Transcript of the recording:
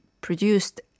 produced